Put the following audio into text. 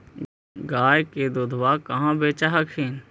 गया के दूधबा कहाँ बेच हखिन?